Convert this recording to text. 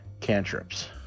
cantrips